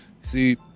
See